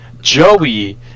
joey